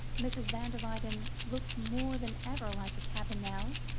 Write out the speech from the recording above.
mrs. van der luyden looked more than ever like a cabanel,